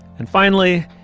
and finally,